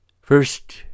First